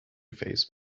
face